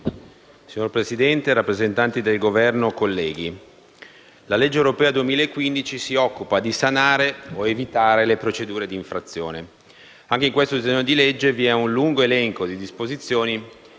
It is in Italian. Signor Presidente, rappresentanti del Governo, colleghi, la legge europea 2015 si occupa di sanare o evitare le procedure di infrazione. Anche in questo disegno di legge vi è un lungo elenco di disposizioni